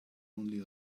only